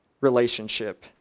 relationship